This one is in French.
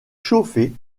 chauffé